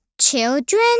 children